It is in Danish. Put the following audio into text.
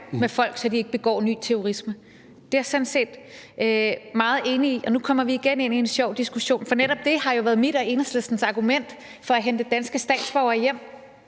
med folk, så de ikke begår ny terrorisme. Det er jeg sådan set meget enig i, og nu kommer vi igen ind i en sjov diskussion, for netop det har jo været mit og Enhedslistens argument for at hente danske statsborgere hjem